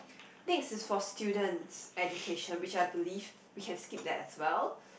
next is for student's education which I believe we can skip that as well